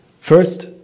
First